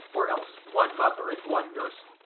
or else one mother and one nurse,